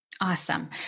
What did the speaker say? Awesome